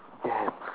damn